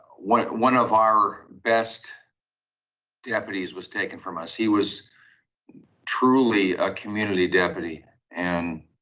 one one of our best deputies was taken from us. he was truly a community deputy and